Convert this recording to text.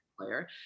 player